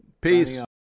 Peace